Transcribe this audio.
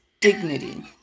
dignity